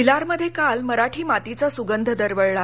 भिलार मध्ये काल मराठी मातीचा सुगंध दखळला